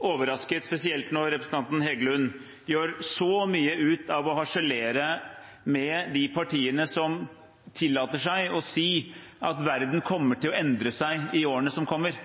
overrasket spesielt når representanten Heggelund gjør så mye ut av å harselere med de partiene som tillater seg å si at verden kommer til å endre seg i årene som kommer.